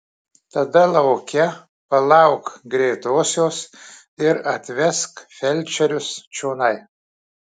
tada lauke palauk greitosios ir atvesk felčerius čionai